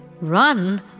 Run